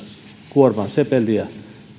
kuorman sepeliä